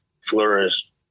flourish